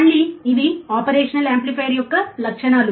మళ్ళీ ఇవి operational amplifier యొక్క లక్షణాలు